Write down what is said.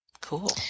Cool